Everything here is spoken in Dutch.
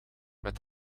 met